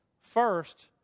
First